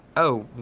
oh,